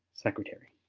secretary.